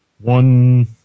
one